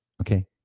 Okay